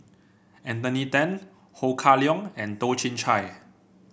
Anthony Then Ho Kah Leong and Toh Chin Chye